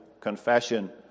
confession